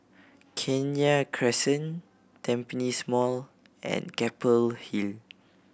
Kenya Crescent Tampines Mall and Keppel Hill